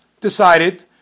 decided